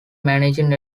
managing